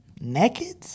naked